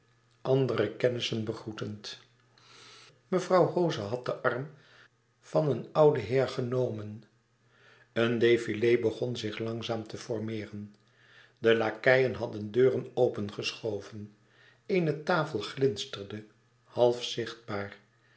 andere kennissen begroetend mevrouw hoze had den arm van een ouden heer genomen een defilé begon zich langzaam te formeeren de lakeien hadden deuren open geschoven eene tafel glinsterde half zichtbaar